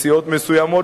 בסיעות מסוימות,